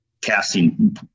casting